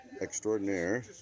extraordinaire